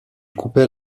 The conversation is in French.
coupait